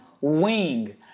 wing